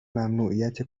ممنوعیت